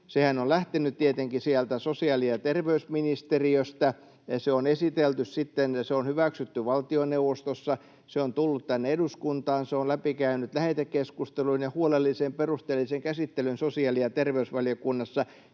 Sehän on lähtenyt tietenkin sieltä sosiaali- ja terveysministeriöstä, se on esitelty sitten, se on hyväksytty valtioneuvostossa, se on tullut tänne eduskuntaan, se on läpikäynyt lähetekeskustelun ja huolellisen ja perusteellisen käsittelyn sosiaali- ja terveysvaliokunnassa,